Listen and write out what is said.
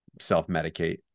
self-medicate